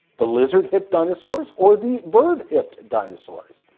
the lizard hipped dinosaurs or the bird hipped dinosaurs?